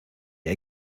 hay